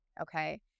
Okay